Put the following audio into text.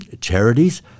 charities